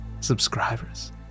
subscribers